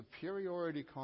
superiority